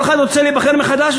כל אחד רוצה להיבחר מחדש,